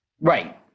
Right